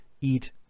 eat